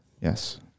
Yes